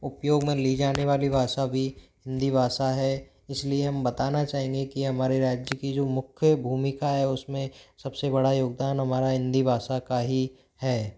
उपयोग में ली जाने वाली भाषा भी हिंदी भाषा है इस लिए हम बताना चाहेंगे कि हमारे राज्य की जो मुख्य भूमिका है उस में सब से बड़ा योगदान हमारा हिंदी भाषा का ही है